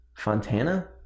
Fontana